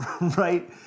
right